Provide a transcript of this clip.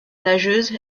nageuse